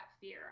fear